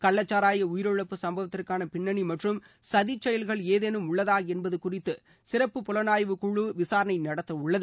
கள்ளச்சாராய உயிரிழப்பு சும்பவத்திற்கான பின்னணி மற்றும் சதி செயல்கள் ஏதேனும் உள்ளதா என்பது குறித்து சிறப்பு புலனாய்வு குழு விசாரணை நடத்தவுள்ளது